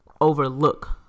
overlook